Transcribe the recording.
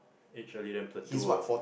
age early then plateau lah